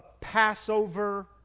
Passover